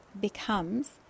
becomes